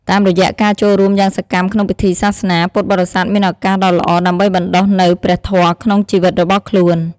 តាមរយៈការចូលរួមយ៉ាងសកម្មក្នុងពិធីសាសនា ពុទ្ធបរិស័ទមានឱកាសដ៏ល្អដើម្បីបណ្ដុះនូវព្រះធម៌ក្នុងជីវិតរបស់ខ្លួន។